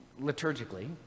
liturgically